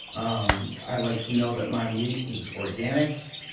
um i like to know that my meat is organic,